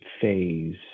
phase